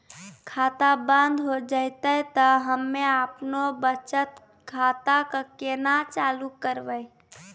खाता बंद हो जैतै तऽ हम्मे आपनौ बचत खाता कऽ केना चालू करवै?